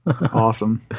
Awesome